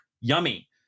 Yummy